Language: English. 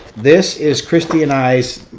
this is christie and i's,